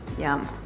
yum. ahhh,